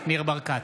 ניר ברקת,